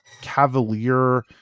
cavalier